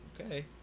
okay